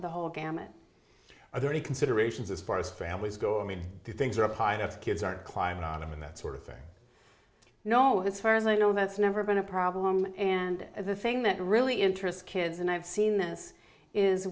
the whole gamut are there any considerations as far as families go i mean these things are up high that's kids are climbing on them and that sort of thing you know this far as i know that's never been a problem and the thing that really interests kids and i've seen this is